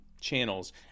channels